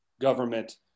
government